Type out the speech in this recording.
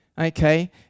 Okay